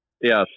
Yes